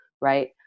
right